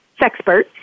Sexpert